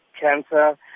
cancer